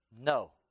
No